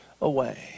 away